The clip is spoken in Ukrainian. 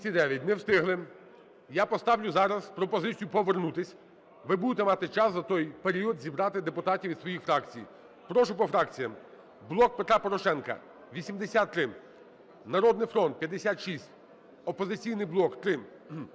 Не встигли. Я поставлю зараз пропозицію повернутися, ви будете мати час за той період зібрати депутатів із своїх фракцій. Прошу по фракціям. "Блок Петра Порошенка" – 83, "Народний фронт" – 56, "Опозиційний блок" –